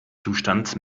zustand